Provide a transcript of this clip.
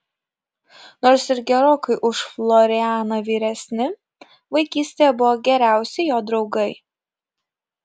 nors ir gerokai už florianą vyresni vaikystėje buvo geriausi jo draugai